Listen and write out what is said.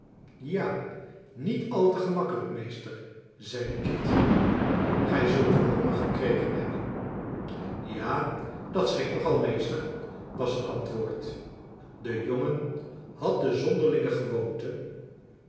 ja niet al te gemakkelijk meester zeide kit gij zult wel honger gekregen hebben ja dat schikt nog al meester was het antwoord de jongen had de zonderlinge gewoonte